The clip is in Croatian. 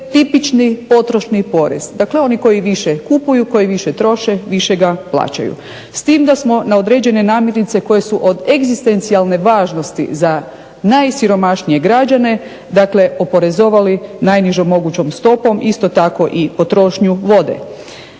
tipični potrošni porez. Dakle, oni koji više kupuju, koji više troše više ga plaćaju. S tim da smo na određene namirnice koje su od egzistencijalne važnosti za najsiromašnije građane dakle oporezovali najnižom mogućom stopom, isto tako i potrošnju vode.